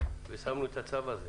ושמנו את הצו הזה.